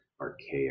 archaic